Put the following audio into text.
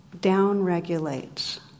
down-regulates